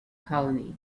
colony